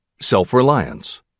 Self-reliance